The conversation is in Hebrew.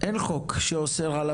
אין חוק שאוסר על עמידר?